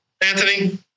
Anthony